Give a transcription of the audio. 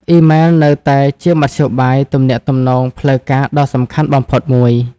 អ៊ីមែលនៅតែជាមធ្យោបាយទំនាក់ទំនងផ្លូវការដ៏សំខាន់បំផុតមួយ។